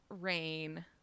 rain